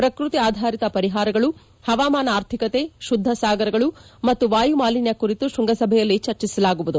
ಪ್ರಕೃತಿ ಆಧಾರಿತ ಪರಿಹಾರಗಳು ಪವಾಮಾನ ಆರ್ಥಿಕತೆ ಶುದ್ದ ಸಾಗರಗಳು ಮತ್ತು ವಾಯುಮಾಲಿನ್ಲ ಕುರಿತು ಶ್ವಂಗಸಭೆಯಲ್ಲಿ ಚರ್ಜಿಸಲಾಗುವುದು